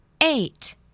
Eight